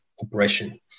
oppression